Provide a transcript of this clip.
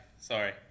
Sorry